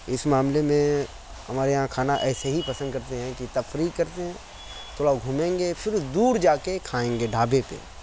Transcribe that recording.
اِس معاملہ میں ہمارے یہاں کھانا ایسے ہی پسند کرتے ہیں کہ تفریح کرتے ہیں تھوڑا گھومیں گے پھر دور جا کے کھائیں گے ڈھابہ پہ